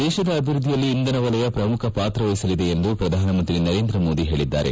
ದೇಶದ ಅಭಿವೃದ್ಧಿಯಲ್ಲಿ ಇಂಧನ ವಲಯ ಪ್ರಮುಖ ಪಾತ್ರ ವಹಿಸಲಿದೆ ಎಂದು ಪ್ರಧಾನ ಮಂತ್ರಿ ನರೇಂದ್ರ ಮೋದಿ ಹೇಳಿದ್ದಾರೆ